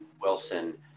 Wilson